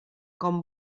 com